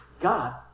God